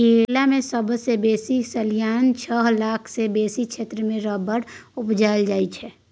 केरल मे सबसँ बेसी सलियाना छअ लाख सँ बेसी क्षेत्र मे रबर उपजाएल जाइ छै